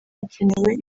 hakenewe